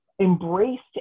embraced